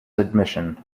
admission